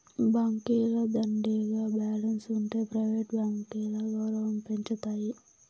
బాంకీల దండిగా బాలెన్స్ ఉంటె ప్రైవేట్ బాంకీల గౌరవం పెంచతాయి